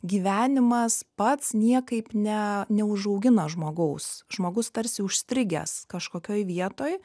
gyvenimas pats niekaip ne neužaugina žmogaus žmogus tarsi užstrigęs kažkokioj vietoj